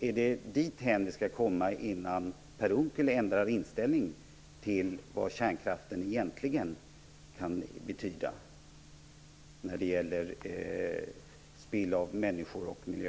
Är det dithän det skall komma innan Per Unckel ändrar inställning till vad kärnkraften egentligen kan betyda när det gäller spill av människor och miljö?